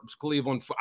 Cleveland –